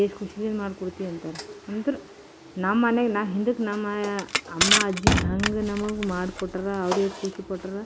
ಎಷ್ಟು ಖುಷಿನಲ್ಲಿ ಮಾಡಿಕೊಡ್ತೀಯ ಅಂತರ ನಂತರ ನಮ್ಮ ಮನೇಲಿನ ಹಿಂದಕ್ಕೆ ನಮ್ಮ ಅಮ್ಮ ಅಜ್ಜಿ ಹೇಗೆ ನಮಗೆ ಮಾಡ್ಕೊಟ್ಟಾರ ಅವರು ಎಷ್ಟು ಖುಷಿ ಪಟ್ಟಾರ